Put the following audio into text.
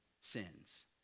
sins